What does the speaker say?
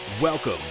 Welcome